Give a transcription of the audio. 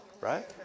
right